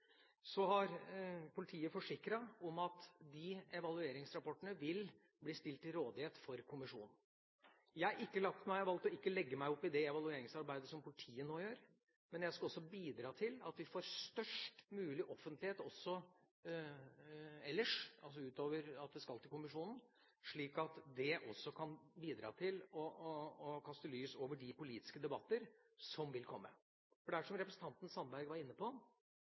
har politiet forsikret om at evalueringsrapportene vil bli stilt til rådighet for kommisjonen. Jeg har valgt å ikke legge meg opp i det evalueringsarbeidet politiet nå gjør, men jeg skal bidra til at vi får størst mulig offentlighet også ellers – altså utover at det skal til kommisjonen – slik at det også kan bidra til å kaste lys over de politiske debattene som vil komme. Det er som representanten Sandberg var inne på;